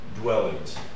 dwellings